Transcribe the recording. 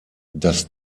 das